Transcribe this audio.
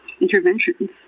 interventions